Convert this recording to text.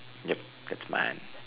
yup that's mad